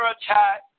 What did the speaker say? attack